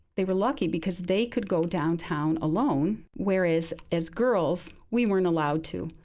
they were lucky because they could go downtown alone, whereas, as girls, we weren't allowed to.